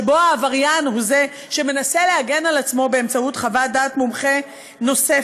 שבו העבריין הוא זה שמנסה להגן על עצמו באמצעות חוות דעת מומחה נוספת.